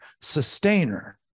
sustainer